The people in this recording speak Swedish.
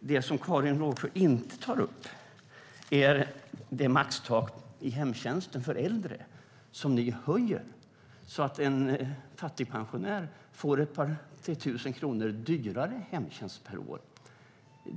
Det som Karin Rågsjö inte tar upp är att ni höjer maxtaket på hemtjänst för äldre, vilket gör hemtjänsten för en fattigpensionär 2 000-3 000 kronor dyrare per år.